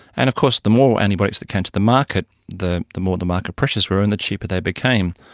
and of course the more antibiotics that came to the market, the the more the market pressures were and the cheaper they became.